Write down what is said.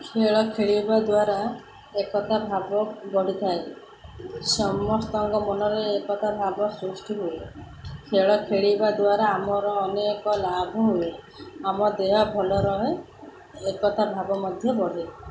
ଖେଳ ଖେଳିବା ଦ୍ୱାରା ଏକତା ଭାବ ବଢ଼ିଥାଏ ସମସ୍ତଙ୍କ ମନରେ ଏକତା ଭାବ ସୃଷ୍ଟି ହୁଏ ଖେଳ ଖେଳିବା ଦ୍ୱାରା ଆମର ଅନେକ ଲାଭ ହୁଏ ଆମ ଦେହ ଭଲ ରୁହେ ଏକତା ଭାବ ମଧ୍ୟ ବଢ଼େ